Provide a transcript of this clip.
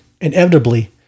Inevitably